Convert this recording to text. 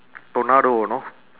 tornado know